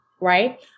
right